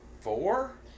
Four